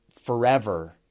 forever